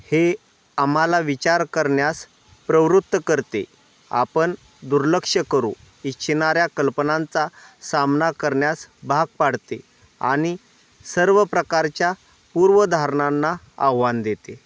हे आम्हाला विचार करण्यास प्रवृत्त करते आपण दुर्लक्ष करू इच्छिणाऱ्या कल्पनांचा सामना करण्यास भाग पाडते आणि सर्व प्रकारच्या पूर्वधारणांना आव्हान देते